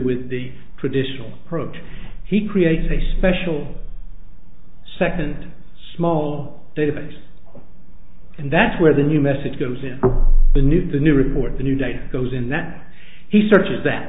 with the traditional approach he creates a special second small database and that's where the new message goes in the new the new report the new data goes in that he searches that